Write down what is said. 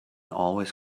always